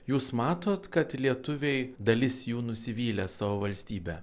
jūs matot kad lietuviai dalis jų nusivylę savo valstybe